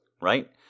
right